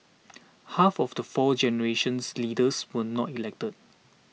half of the fourth generations leaders were not elected